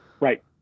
Right